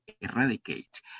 eradicate